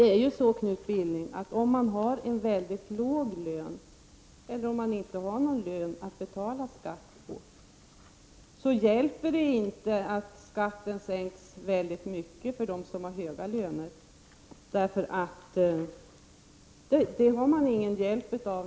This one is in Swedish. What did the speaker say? Människor som har mycket låg eller ingen lön är inte betjänta av att skatten sänks. Det är ju för människor som har höga löner som en skattesänkning betyder något.